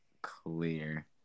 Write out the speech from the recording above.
clear